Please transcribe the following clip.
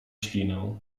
ślinę